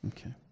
Okay